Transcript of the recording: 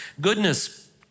goodness